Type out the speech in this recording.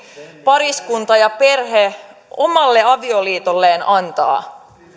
pariskunta ja perhe omalle avioliitolleen antaa